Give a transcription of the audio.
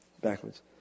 Backwards